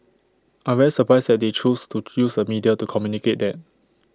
I'm very surprised that they choose to use the media to communicate that